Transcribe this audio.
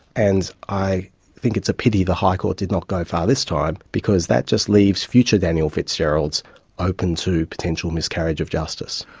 and i think it's a pity the high court did not go far this time because that just leaves future daniel fitzgeralds open to potential miscarriage of justice.